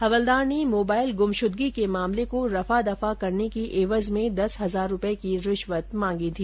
हवलदार ने मोबाईल गुमशुदगी के मामले को रफादफा करने की एवज में दस हजार रूपये की रिश्वत मांगी थी